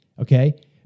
okay